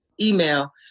email